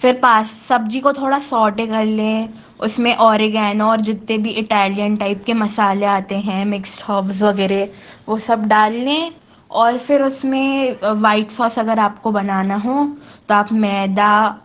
फिर पास् सब्ज़ी को थोड़ा सॉटे कर लें उस में ओरिगेनो जितने भी इटालियन टाइप के मसाले आते हैं मिक्स्ड होव्ज़ वग़ैरह वो सब डाल लें और फिर उस में वाइट सौस अगर आपको बनाना हो तो आप मैदा